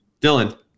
Dylan